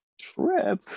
trip